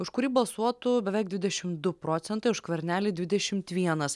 už kurį balsuotų beveik dvidešim du procentai už skvernelį dvidešim vienas